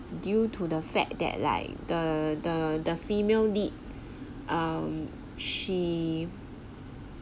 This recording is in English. due to the fact that like the the the female lead um she